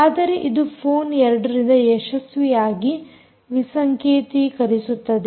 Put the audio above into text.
ಆದರೆ ಅದು ಫೋನ್ 2 ರಿಂದ ಯಶಸ್ವಿಯಾಗಿ ವಿಸಂಕೇತಿಕರಿಸುತ್ತದೆ